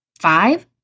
five